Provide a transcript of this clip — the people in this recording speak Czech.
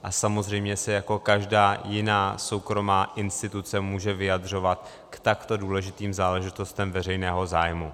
A samozřejmě se jako každá jiná soukromá instituce může vyjadřovat k takto důležitým záležitostem veřejného zájmu.